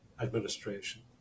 administration